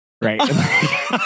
right